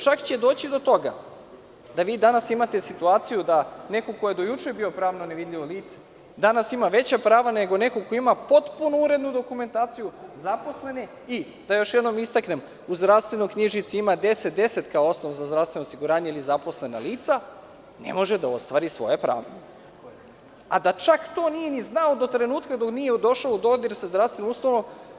Čak će doći do toga da vi danas imate situaciju, da neko ko je do juče bio pravno nevidljivo lice, danas ima veća prava nego neko ko ima potpuno urednu dokumentaciju zaposlene i da još jednom istaknem u zdravstvenoj knjižici ima 1010 kao osnov za zdravstveno osiguranje ili zaposlena lica, ne može da ostvari svoje pravo, a da čak to nije ni znao do trenutka dok nije došao u dodir sa zdravstvenom ustanovom.